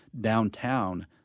downtown